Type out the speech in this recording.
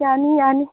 ꯌꯥꯅꯤ ꯌꯥꯅꯤ